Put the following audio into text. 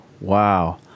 Wow